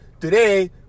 today